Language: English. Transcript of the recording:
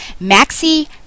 Maxi